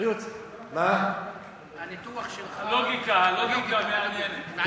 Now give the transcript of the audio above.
הניתוח שלך הלוגיקה מעניינת.